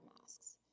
masks